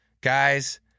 Guys